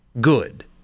good